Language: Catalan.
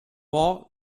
por